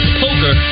poker